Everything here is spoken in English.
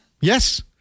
Yes